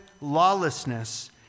lawlessness